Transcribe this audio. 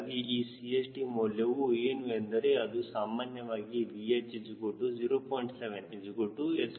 ಹೀಗಾಗಿ ಈ CHT ಮೌಲ್ಯವು ಏನು ಎಂದರೆ ಅದು ಸಾಮಾನ್ಯವಾಗಿ VH 0